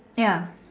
ya